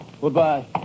Goodbye